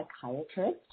psychiatrist